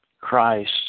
Christ